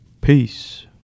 Peace